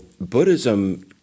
Buddhism